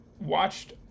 watched